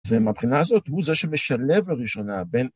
ומהבחינה הזאת הוא זה שמשלב לראשונה בין